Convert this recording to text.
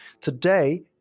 Today